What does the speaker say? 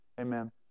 Amen